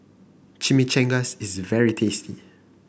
chimichangas is very tasty